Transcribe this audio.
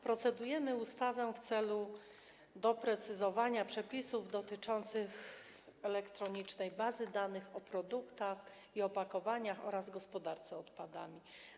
Procedujemy nad tą ustawą w celu doprecyzowania przepisów dotyczących elektronicznej bazy danych o produktach i opakowaniach oraz gospodarce odpadami.